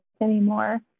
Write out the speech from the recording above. anymore